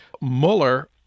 Mueller